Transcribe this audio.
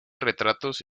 retratos